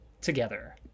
together